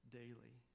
daily